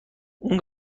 اون